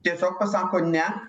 tiesiog pasako ne